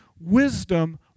Wisdom